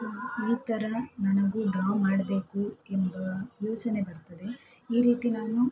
ಈ ಥರ ನನಗೂ ಡ್ರಾ ಮಾಡಬೇಕು ಎಂಬ ಯೋಚನೆ ಬರ್ತದೆ ಈ ರೀತಿ ನಾನು